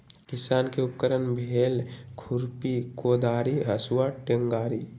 किसान के उपकरण भेल खुरपि कोदारी हसुआ टेंग़ारि